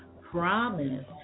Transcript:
promise